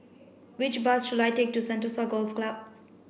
which bus should I take to Sentosa Golf Club